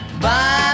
bye